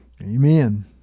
Amen